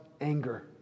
anger